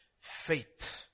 Faith